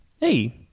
Hey